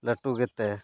ᱞᱟᱹᱴᱩ ᱜᱮᱛᱮ